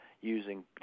using